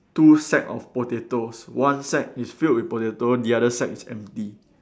two sack of potatoes one sack is filled with potato the other sack is empty